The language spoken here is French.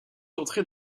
entrer